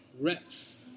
rats